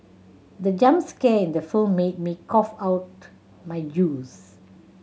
the jump scare in the film made me cough out my juice